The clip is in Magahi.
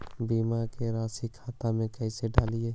बीमा के रासी खाता में कैसे डाली?